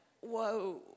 whoa